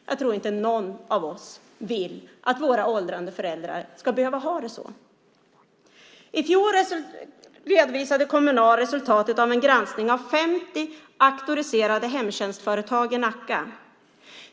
Jag tror inte att någon av oss vill att våra åldrande föräldrar ska behöva ha det så. I fjol redovisade Kommunal resultatet av en granskning av 50 auktoriserade hemtjänstföretag i Nacka.